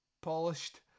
Polished